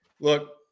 look